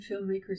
filmmakers